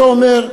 אתה אומר: